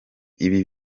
ibi